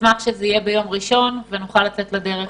אשמח שזה יהיה ביום ראשון ונוכל לצאת לדרך.